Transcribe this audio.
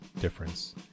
difference